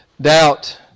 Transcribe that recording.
Doubt